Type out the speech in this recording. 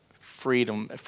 freedom